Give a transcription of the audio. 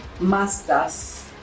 masters